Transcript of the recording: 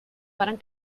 varen